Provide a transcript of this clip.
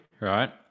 right